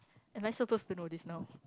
am I supposed to know this now